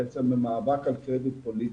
בעצם זה מאבק על קרדיט פוליטי.